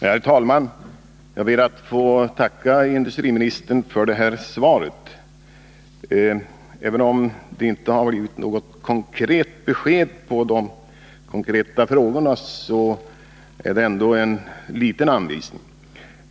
Herr talman! Jag ber att få tacka industriministern för svaret. Även om det inte har blivit något konkret besked i de konkreta frågorna, så är det ändå en liten anvisning.